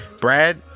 Brad